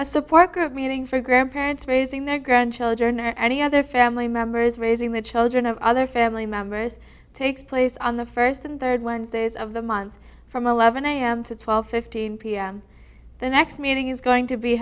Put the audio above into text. a support group meeting for grandparents raising their grandchildren or any other family members raising the children of other family members takes place on the first and third wednesdays of the month from eleven am to twelve fifteen pm the next meeting is going to be